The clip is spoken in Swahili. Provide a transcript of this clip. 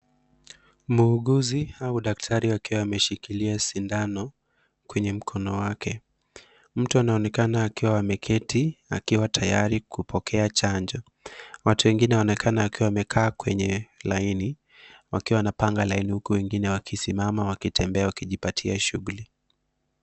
Mwuuguzi au daktari akiwa ameshikilia sindano kwenye mkono wake, mtu anaonekana akiwa ameketi akiwa tayari kupokea chanjo, watu wengine wanaonekana wakiwa wamekaa kwenye laini wakiwa wanapanga laini huku wengine wakisimama wakitembea wakijipatia shughuli.